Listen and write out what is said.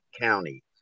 County